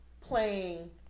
playing